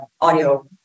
audio